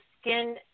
skin